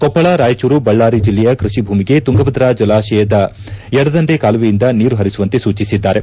ಕೊಪ್ಪಳ ರಾಯಚೂರು ಬಳ್ಳಾರಿ ಜಿಲ್ಲೆಯ ಕೃಷಿ ಭೂಮಿಗೆ ತುಂಗಭದ್ರಾ ಜಲಾಶಯದ ಎಡದಂಡೆ ಕಾಲುವೆಯಿಂದ ನೀರು ಪರಿಸುವಂತೆ ಸೂಚಿಸಿದ್ದಾರೆ